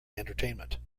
entertainment